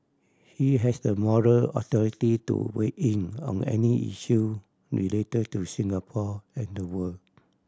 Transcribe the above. he has the moral authority to weigh in on any issue related to Singapore and the world